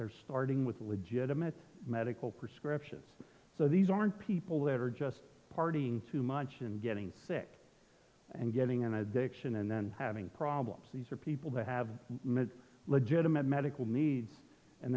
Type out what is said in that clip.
they're starting with legitimate medical prescriptions so these aren't people that are just partying too much and getting sick and getting an addiction and then having problems these are people that have legitimate medical needs and